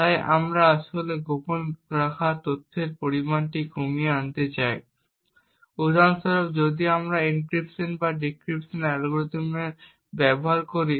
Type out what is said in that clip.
তাই আমরা আসলে গোপন রাখা তথ্যের পরিমাণ কমিয়ে আনতে চাই। উদাহরণস্বরূপ যদি আমরা একটি এনক্রিপশন বা একটি ডিক্রিপশন অ্যালগরিদম ব্যবহার করি